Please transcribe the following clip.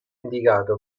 indicato